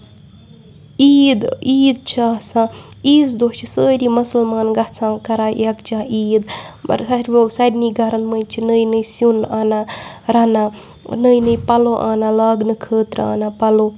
عیٖد عیٖد چھِ آسان عیٖز دۄہ چھِ سٲری مُسلمان گژھان کران یَکجہہ عیٖد ہورٕ گوٚو سارنٕے گرَن منٛز چھِ نٔے نٔے سِنۍ انان رَنان نٔے نٔے پَلو انان لگانہٕ خٲطرٕ انان پَلو